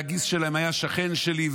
והגיס שלהם היה שכן שלי,